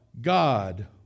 God